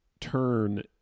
turn